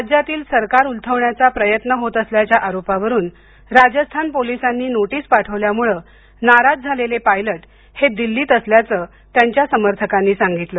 राज्यातील सरकार उलथवण्याचा प्रयत्न होत असल्याच्या आरोपावरून राजस्थान पोलिसांनी नोटीस पाठवल्यामुळ नाराज झालेले पायलट हे दिल्लीत असल्याचं त्यांच्या समर्थकांनी सांगितलं